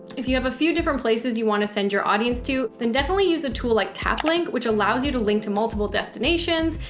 if you have a few different places you want to send your audience to then definitely use a tool like taplink, which allows you to link to multiple destinations,